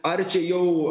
ar čia jau